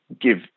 give